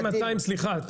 סליחה.